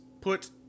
put